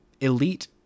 elite